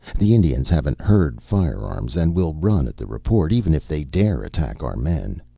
the indians haven't heard firearms and will run at the report, even if they dare attack our men.